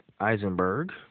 Eisenberg